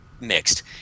mixed